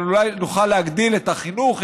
אבל אולי נוכל שלא להגדיל את החינוך,